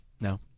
No